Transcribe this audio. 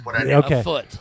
Okay